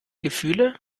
gefühle